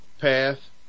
path